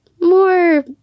more